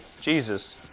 Jesus